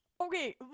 Okay